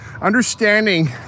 understanding